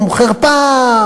חרפה,